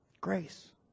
Grace